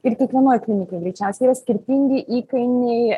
ir kiekvienoj klinikoj greičiausiai yra skirtingi įkainiai